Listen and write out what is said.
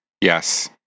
Yes